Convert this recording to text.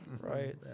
Right